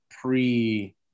pre